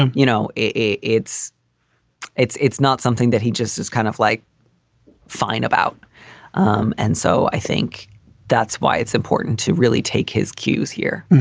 and you know, it's it's it's not something that he just is kind of like fine about um and so i think that's why it's important to really take his cues here.